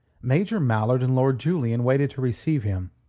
major mallard and lord julian waited to receive him,